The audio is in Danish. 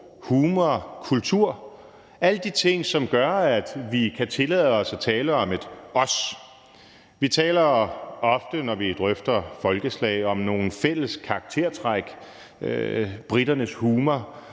humor, kultur – alle de ting, som gør, at vi kan tillade os at tale om et »os«. Vi taler ofte, når vi drøfter folkeslag, om nogle fælles karaktertræk: briternes humor,